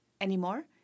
anymore